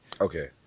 okay